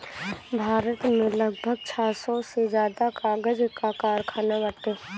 भारत में लगभग छह सौ से ज्यादा कागज कअ कारखाना बाटे